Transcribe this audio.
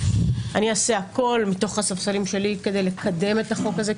אני אעשה הכול מתוך הספסלים שלי כדי לקדם את החוק הזה,